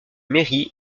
méry